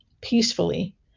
peacefully